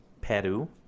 Peru